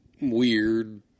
weird